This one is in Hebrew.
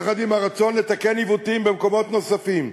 יחד עם הרצון לתקן עיוותים במקומות נוספים,